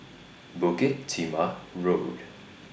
Bukit Timah Road